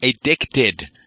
addicted